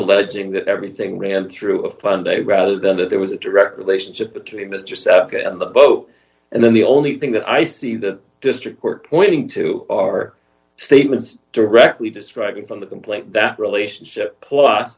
alleging that everything ran through a fun day rather than that there was a direct relationship between mr so and the boat and then the only thing that i see the district court pointing to are statements directly describing from the complaint that relationship